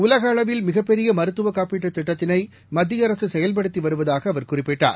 உலக அளவில் மிகப்பெரிய மருததுவ காப்பீட்டுத் திட்டத்தினை மத்திய அரசு செயல்படுத்தி வருவதாக அவர் குறிப்பிட்டார்